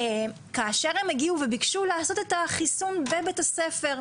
הם הגיעו וביקשו לעשות את החיסון בבית הספר,